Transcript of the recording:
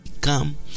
come